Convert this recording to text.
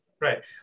Right